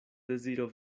deziro